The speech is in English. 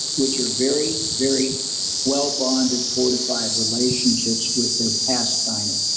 which are very, very well-bonded fortified relationships with their past diners.